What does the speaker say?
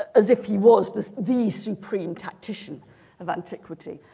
as if he was the the supreme tactician of antiquity